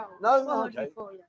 no